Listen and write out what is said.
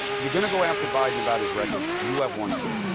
you're going to go after biden about his record, you have one, too.